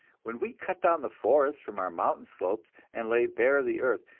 when we cut down the forests from our mountain slopes, and lay bare the earth,